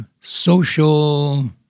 social